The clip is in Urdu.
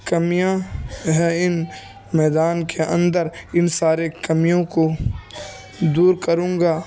کمیاں ہیں ان میدان کے اندر ان سارے کمیوں کو دور کروں گا